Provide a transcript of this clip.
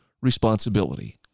responsibility